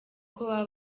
baba